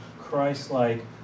christ-like